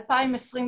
2021,